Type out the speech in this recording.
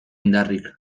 indarrik